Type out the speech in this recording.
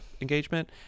engagement